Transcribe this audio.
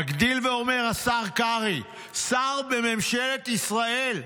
מגדיל ואומר השר קרעי, שר בממשלת ישראל: